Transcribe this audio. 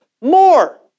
More